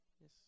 Yes